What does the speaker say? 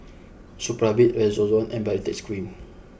Supravit Redoxon and Baritex Cream